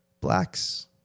Blacks